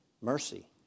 Mercy